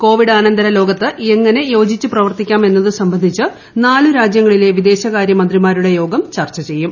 കോവ്ടിസ്ക്നന്തര ലോകത്ത് എങ്ങനെ യോജിച്ച് പ്രവർത്തിക്കാം എന്നത് സംബന്ധിച്ച് നാലു രാജ്യങ്ങളിലെ വിദേശകാരൃ മന്ത്രിമാരുടെ ്യോഗ്ഗം ചർച്ച ചെയ്യും